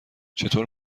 چطور